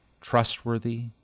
trustworthy